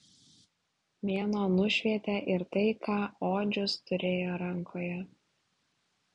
mėnuo nušvietė ir tai ką odžius turėjo rankoje